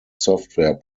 software